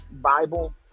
Bible